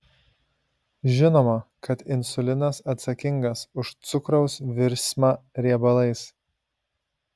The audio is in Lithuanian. žinoma kad insulinas atsakingas už cukraus virsmą riebalais